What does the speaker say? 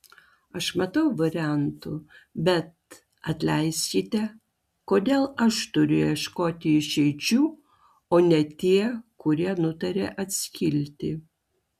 aš matau variantų bet atleiskite kodėl aš turiu ieškoti išeičių o ne tie kurie nutarė atskilti